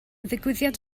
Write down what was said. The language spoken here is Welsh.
ddigwyddiad